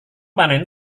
panen